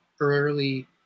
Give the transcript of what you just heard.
early